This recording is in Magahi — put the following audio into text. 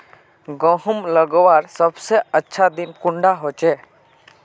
गहुम लगवार सबसे अच्छा दिन कुंडा होचे?